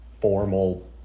formal